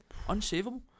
Unsavable